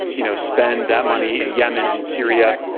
you know, spend that money in yemen and syria.